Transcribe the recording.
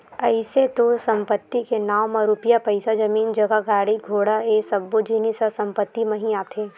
अइसे तो संपत्ति के नांव म रुपया पइसा, जमीन जगा, गाड़ी घोड़ा ये सब्बो जिनिस ह संपत्ति म ही आथे